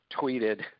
tweeted